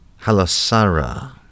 Halasara